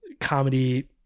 comedy